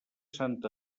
sant